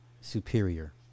superior